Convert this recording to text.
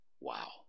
Wow